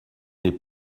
n’est